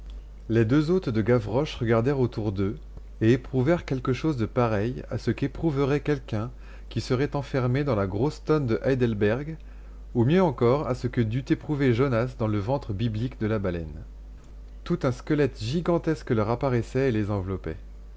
les deux hôtes de gavroche regardèrent autour d'eux et éprouvèrent quelque chose de pareil à ce qu'éprouverait quelqu'un qui serait enfermé dans la grosse tonne de heidelberg ou mieux encore à ce que dut éprouver jonas dans le ventre biblique de la baleine tout un squelette gigantesque leur apparaissait et les enveloppait